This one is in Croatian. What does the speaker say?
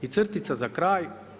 I crtica za kraj.